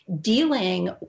dealing